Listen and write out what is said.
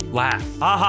laugh